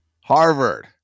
Harvard